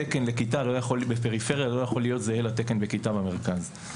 התקן לכיתה בפריפריה לא יכול להיות זהה לתקן בכיתה במרכז.